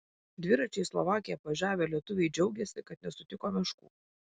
dviračiais slovakiją apvažiavę lietuviai džiaugiasi kad nesutiko meškų